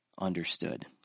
understood